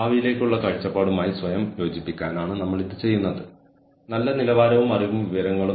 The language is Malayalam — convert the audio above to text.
സാമ്പത്തിക സാഹചര്യങ്ങൾ വ്യവസായ ഘടന വ്യതിരിക്തമായ കഴിവ് മത്സര നേട്ടം ഉൽപന്നവും വിപണിയും